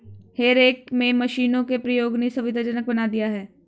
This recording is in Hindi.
हे रेक में मशीनों के प्रयोग ने सुविधाजनक बना दिया है